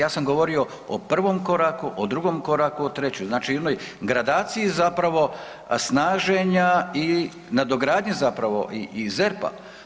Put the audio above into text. Ja sam govorio o prvom koraku, o drugom koraku, o trećem, znači ili gradaciji zapravo snaženja i nadogradnje zapravo i, i ZERP-a.